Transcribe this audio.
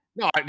No